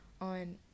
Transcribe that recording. on